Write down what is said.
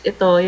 Ito